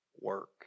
work